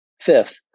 Fifth